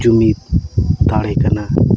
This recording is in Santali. ᱡᱩᱢᱤᱫ ᱫᱟᱲᱮ ᱠᱟᱱᱟ